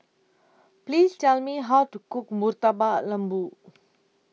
Please Tell Me How to Cook Murtabak Lembu